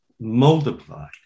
multiplied